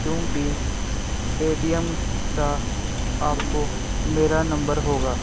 ਕਿਉਂਕਿ ਪੇਟੀਐੱਮ ਦਾ ਆਪਕੋ ਮੇਰਾ ਨੰਬਰ ਹੋਗਾ